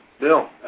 Bill